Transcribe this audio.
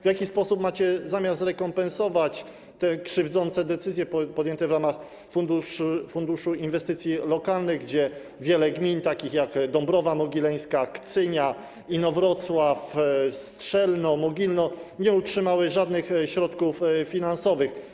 W jaki sposób macie zamiar zrekompensować te krzywdzące decyzje podjęte w ramach Rządowego Funduszu Inwestycji Lokalnych, zgodnie z którymi wiele gmin takich jak Dąbrowa Mogileńska, Kcynia, Inowrocław, Strzelno, Mogilno nie otrzymało żadnych środków finansowych.